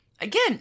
Again